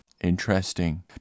Interesting